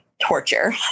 torture